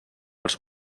els